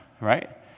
right